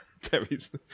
Terry's